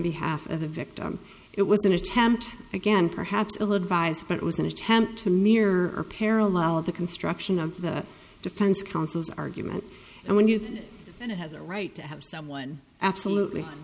behalf of the victim it was an attempt again perhaps ill advised but it was an attempt to mirror parallel of the construction of the defense counsel's argument and when you think that it has a right to have someone absolutely